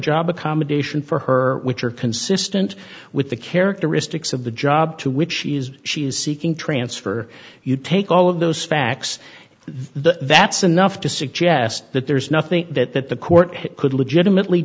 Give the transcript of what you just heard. job accommodation for her which are consistent with the characteristics of the job to which she is she is seeking transfer you take all of those facts that's enough to suggest that there is nothing that that the court could legitimately